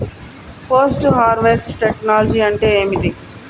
Post harvest technology అంటే ఏమిటి?